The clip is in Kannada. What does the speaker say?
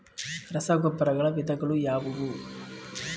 ರಸಗೊಬ್ಬರಗಳ ವಿಧಗಳು ಯಾವುವು?